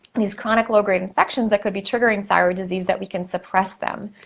these chronic low grade infections that could be triggering thyroid disease, that we can suppress them,